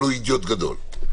אבל הוא אידיוט גדול.